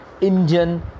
Indian